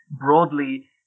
broadly